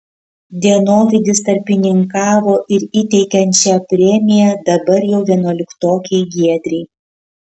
dienovidis tarpininkavo ir įteikiant šią premiją dabar jau vienuoliktokei giedrei